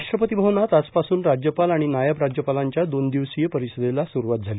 राष्ट्रपती भवनात आजपासून राज्यपाल आणि नायब राज्यपालांच्या दोन दिवसीय परिषदेला सुरूवात झाली